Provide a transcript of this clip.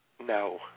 No